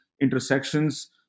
intersections